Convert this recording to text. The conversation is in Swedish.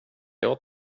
jag